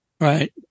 Right